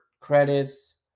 credits